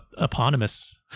eponymous